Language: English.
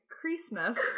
Christmas